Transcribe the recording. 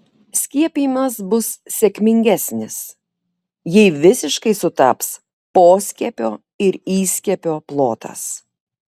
skiepijimas bus sėkmingesnis jei visiškai sutaps poskiepio ir įskiepio plotas